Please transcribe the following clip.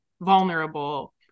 vulnerable